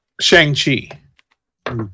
Shang-Chi